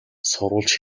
сурвалж